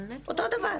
אותו דבר.